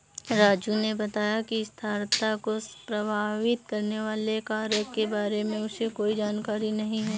राजू ने बताया कि स्थिरता को प्रभावित करने वाले कारक के बारे में उसे कोई जानकारी नहीं है